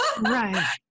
Right